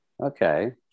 Okay